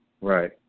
Right